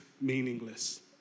meaningless